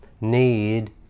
need